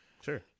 Sure